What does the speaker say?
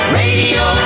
radio